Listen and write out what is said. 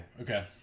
Okay